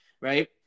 right